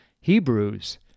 Hebrews